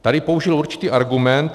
Tady použil určitý argument.